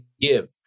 give